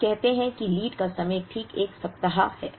अब कहते हैं कि लीड का समय ठीक 1 सप्ताह है